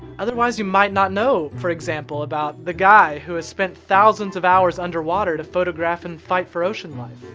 otherwise, you might not know, for example, about the guy who has spent thousands of hours under water to photograph and fight for ocean life.